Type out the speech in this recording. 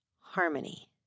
Harmony